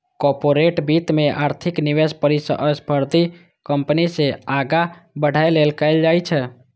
corporate वित्त मे अधिक निवेश प्रतिस्पर्धी कंपनी सं आगां बढ़ै लेल कैल जाइ छै